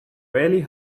rarely